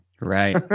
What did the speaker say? right